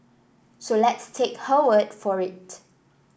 so let's take her word for it